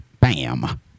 Bam